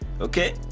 okay